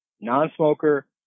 Non-smoker